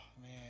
man